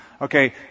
Okay